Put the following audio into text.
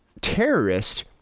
terrorist